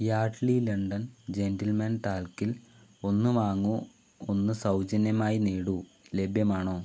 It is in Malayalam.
യാഡ്ലി ലണ്ടൻ ജെൻറിൽമാൻ ടാൽക്കിൽ ഒന്ന് വാങ്ങൂ ഒന്ന് സൗജന്യമായി നേടൂ ലഭ്യമാണോ